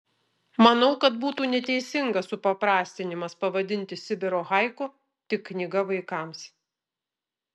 manau kad būtų neteisingas supaprastinimas pavadinti sibiro haiku tik knyga vaikams